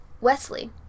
Wesley